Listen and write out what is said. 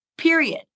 period